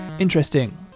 Interesting